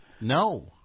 No